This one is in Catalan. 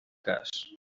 cas